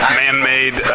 man-made